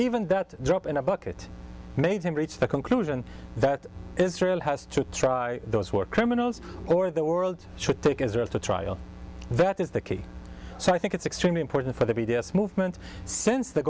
even that drop in a bucket made him reach the conclusion that israel has to try those war criminals or the world should take israel to trial that is the key so i think it's extremely important for the b d s movement since the